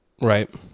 Right